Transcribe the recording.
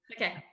Okay